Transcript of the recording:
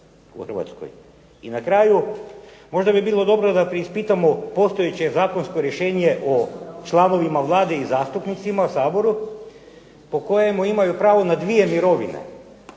I na kraju, možda bi bilo dobro da preispitamo postojeće zakonsko rješenje o članovima Vlade i zastupnicima u Saboru po kojemu imaju pravo na dvije mirovine.